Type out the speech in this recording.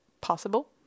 possible